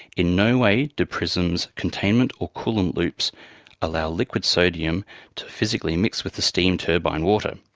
in no way do prism's containment or coolant loops allow liquid sodium to physically mix with steam turbine water.